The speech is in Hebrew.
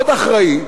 מאוד אחראי.